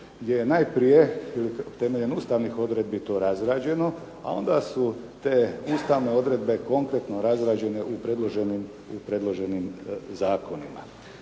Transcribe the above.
gdje je najprije temeljem ustavnih odredbi to razrađeno, a onda su te ustavne odredbe kompletno razrađene u predloženim zakonima.